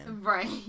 Right